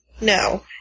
No